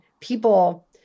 people